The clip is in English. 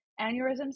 Aneurysms